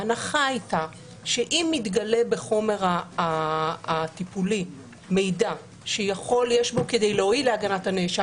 ההנחה הייתה שאם יתגלה בחומר הטיפולי מידע שיש בו כדי להועיל להגנת הנאשם